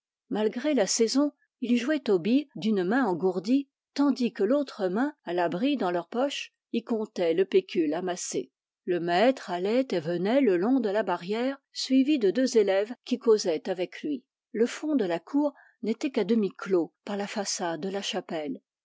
malgré la saison ils jouaient aux billes d'une main engourdie tandis que l'autre main à l'abri dans leur poche y comptait le pécule amassé le mattre allait et venait le long de la barrière suivi de deux élèves qui causaient avec lui le fond de la cour n'était qu'à demi clos par la façade de la